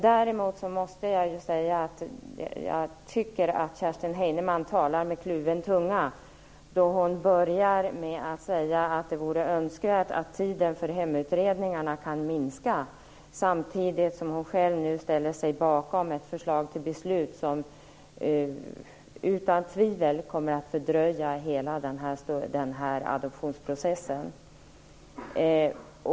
Däremot måste jag säga att jag tycker att Kerstin Heinemann talar med kluven tunga, då hon börjar med att säga att det vore önskvärt att tiden för hemutredningarna kan minska samtidigt som hon nu själv ställer sig bakom ett förslag till beslut som utan tvivel kommer att fördröja hela adoptionsprocessen.